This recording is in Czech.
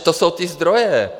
To jsou ty zdroje.